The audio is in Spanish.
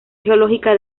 geológica